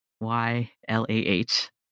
y-l-a-h